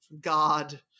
God